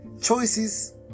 choices